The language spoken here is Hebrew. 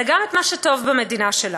אלא גם את מה שטוב במדינה שלנו,